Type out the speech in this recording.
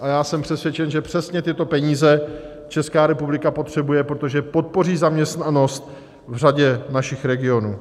A já jsem přesvědčen, že přesně tyto peníze Česká republika potřebuje, protože podpoří zaměstnanost v řadě našich regionů.